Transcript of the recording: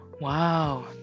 Wow